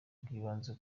bw’ibanze